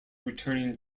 returning